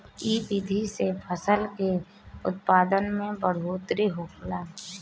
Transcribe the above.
इ विधि से फसल के उत्पादन में बढ़ोतरी होखेला